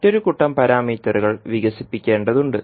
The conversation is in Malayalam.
മറ്റൊരു കൂട്ടം പാരാമീറ്ററുകൾ വികസിപ്പിക്കേണ്ടതുണ്ട്